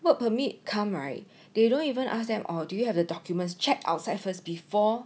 work permit come right they don't even ask them or do you have the documents checked outside first before